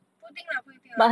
不一定 lah 不一定 lah